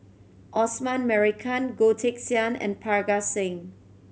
Osman Merican Goh Teck Sian and Parga Singh